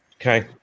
Okay